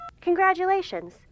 Congratulations